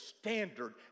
standard